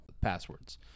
passwords